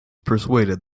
persuaded